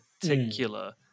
particular